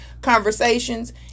conversations